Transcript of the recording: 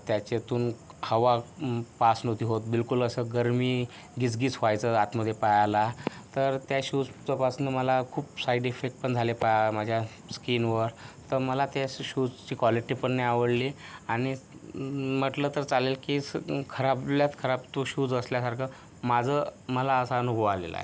त्याच्यातून हवा पास नव्हती होत बिलकुल असं गर्मी गिजगीज व्हायचं आतमध्ये पायाला तर त्या शूजपासनं मला खूप साईड इफेक्ट पण झाले पायाला माझ्या स्किनवर तर मला त्या शूजची क्वालिटी पण नाही आवडली आणि म्हटलं तर चालेल की खराबातल्या खराब तो शूज असल्यासारखं माझं मला असा अनुभव आलेला आहे